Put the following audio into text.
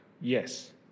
Yes